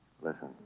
Listen